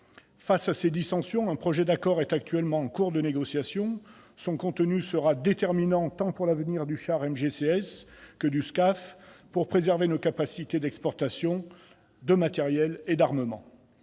Face à ces dissensions, un projet d'accord est en cours de négociation. Son contenu sera déterminant tant pour l'avenir du char MGCS et du SCAF que pour la préservation de nos capacités d'exportation de matériels et d'armements.